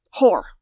whore